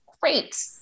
great